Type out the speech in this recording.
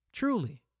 Truly